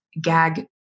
gag